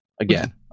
Again